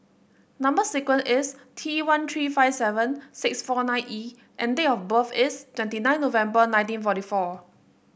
number sequence is T one three five seven six four nine E and date of birth is twenty nine November nineteen forty four